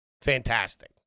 Fantastic